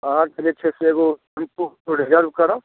बाहरसँ जे छै से एगो टेम्पू उम्पू रिजर्व करब